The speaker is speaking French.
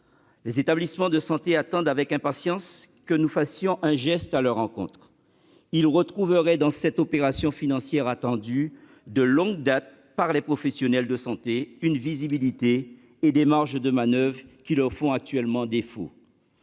Les établissements de santé attendent avec impatience que nous fassions un geste à leur égard. Ils retrouveraient, dans cette opération financière, attendue de longue date par les professionnels de santé, une visibilité et des marges de manoeuvre qui leur font actuellement défaut.